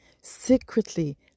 secretly